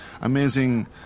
amazing